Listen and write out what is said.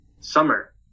summer